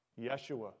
yeshua